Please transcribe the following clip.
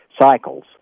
cycles